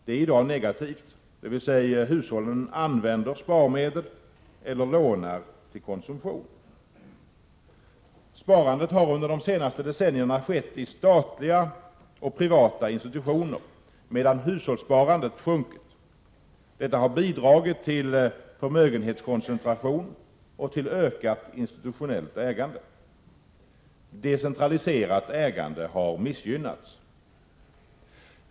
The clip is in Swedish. Det är i dag negativt, dvs. hushållen använder sparmedel eller lånar till konsumtion. Sparandet har under de senaste decennierna skett i statliga och privata institutioner medan hushållssparandet sjunkit. Detta har bidragit till förmögenhetskoncentration och till ökat institutionellt ägande. Decentraliserat ägande har missgynnats.